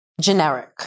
generic